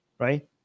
Right